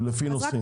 לפי נושאים.